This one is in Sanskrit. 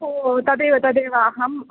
ओ तदेव तदेव अहं